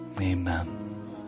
amen